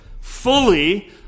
fully